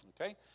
Okay